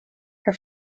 her